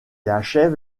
achève